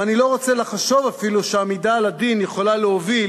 ואני לא רוצה לחשוב אפילו שעמידה על הדין יכולה להוביל